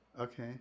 Okay